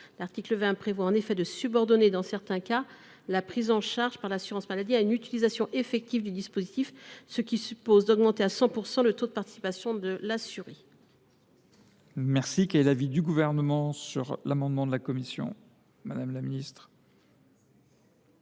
L’article 20 prévoit en effet de subordonner, dans certains cas, la prise en charge par l’assurance maladie à une utilisation effective du dispositif, ce qui suppose d’augmenter à 100 % le taux de participation de l’assuré. Quel est l’avis du Gouvernement ? Madame la rapporteure, vous souhaitez